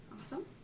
Awesome